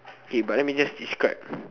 k but let me just describe